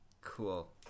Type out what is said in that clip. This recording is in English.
Cool